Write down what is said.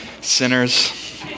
Sinners